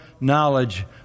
knowledge